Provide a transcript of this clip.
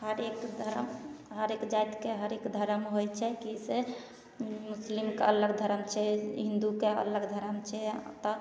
हरेक धरम हरेक जातिके हरेक धरम होइ छै कि से मुसलिमके अलग धरम छै हिन्दूके अलग धरम छै तऽ